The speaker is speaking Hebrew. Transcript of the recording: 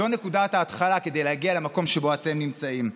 זו נקודת ההתחלה כדי להגיע למקום שבו אתם נמצאים.